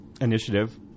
Initiative